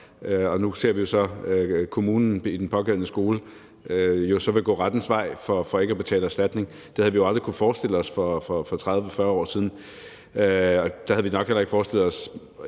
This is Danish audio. vi så, at kommunen, hvor den pågældende skole ligger, vil gå rettens vej for ikke at betale erstatning. Det havde vi jo aldrig kunnet forestille os for 30-40 år siden. Der havde vi nok heller ikke forestillet os